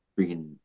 freaking